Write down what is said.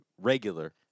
regular